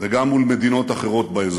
וגם מול מדינות אחרות באזור.